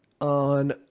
on